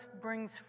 brings